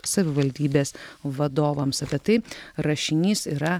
savivaldybės vadovams apie tai rašinys yra